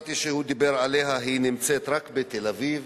הדמוקרטיה שהוא דיבר עליה נמצאת רק בתל-אביב,